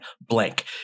blank